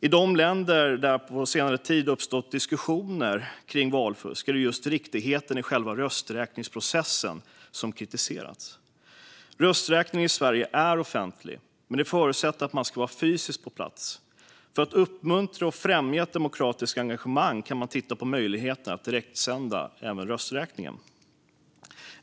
I de länder där det på senare tid uppstått diskussioner kring valfusk är det just riktigheten i själva rösträkningsprocessen som kritiserats. Rösträkning i Sverige är offentlig, men det förutsätter att man är på plats fysiskt. För att uppmuntra och främja ett demokratiskt engagemang kan man titta på möjligheten att direktsända även rösträkningen.